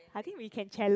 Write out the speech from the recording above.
I think we can challenge